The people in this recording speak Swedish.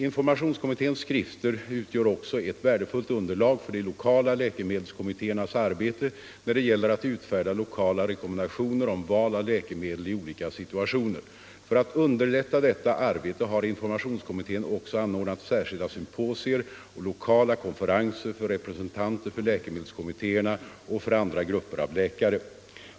Informationskommitténs skrifter utgör också ett värdefullt underlag för de lokala läkemedelskommittéernas arbete när det gäller att utfärda lokala rekommendationer om val av läkemedel i olika situationer. För att underlätta detta arbete har informationskommittén också anordnat särskilda symposier och lokala konferenser för representanter för läkemedelskommittéerna och för andra grupper av läkare.